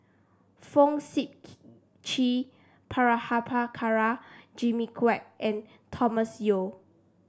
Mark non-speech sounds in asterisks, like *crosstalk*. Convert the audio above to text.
Fong Sip *unintelligible* Chee Prabhakara Jimmy Quek and Thomas Yeo